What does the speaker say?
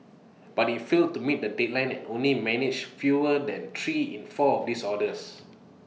but IT failed to meet the deadline and only managed fewer than three in four of these orders